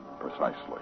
precisely